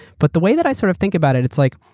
but the way that i sort of think about it it's like,